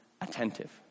Attentive